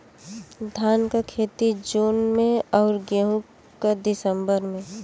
धान क खेती जून में अउर गेहूँ क दिसंबर में?